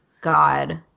God